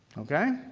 okay?